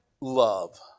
Love